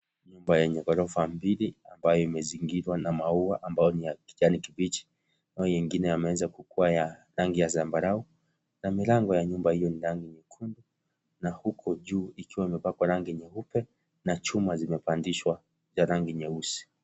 Nyumba yenye ghorofa mbili ambayo imezingirwa na maua ambayo ni ya kijani kibichi ambayo mengine yameweza kukua ya rangi ya zambarau na milango ya nyumba hiyo ni rangi nyekundu na huko juu ikiwa imepakwa rangi nyeupe na chuma zimepandishwa za rangi nyeusi.